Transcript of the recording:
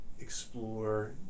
explore